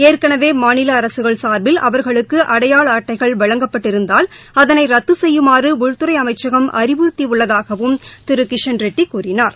ஏற்கனவே மாநில அரசுகள் சார்பில் அவர்களுக்கு அடையாள அட்டைகள் வழங்கப்பட்டிருந்தால் அதனை ரத்துசெய்யுமாறு உள்துறை அமைச்சகம் அறிவுறுத்தியுள்ளதாக அவர் கூறினார்